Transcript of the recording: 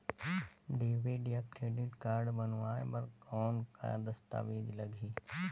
Debit या credit card बनवाय बर कौन का दस्तावेज लगही?